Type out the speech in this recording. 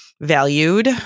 Valued